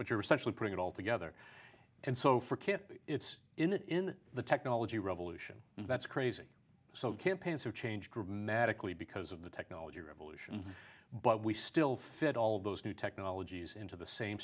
put your essentially putting it all together and so for kit it's in the technology revolution that's crazy so campaigns have changed dramatically because of the technology revolution but we still fit all those new technologies into the same